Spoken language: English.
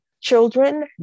children